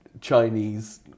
Chinese